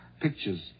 pictures